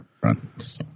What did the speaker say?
front